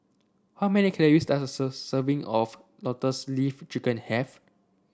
how many calories does a sir serving of Lotus Leaf Chicken have